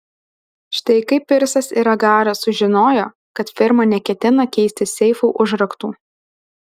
štai kaip pirsas ir agaras sužinojo kad firma neketina keisti seifų užraktų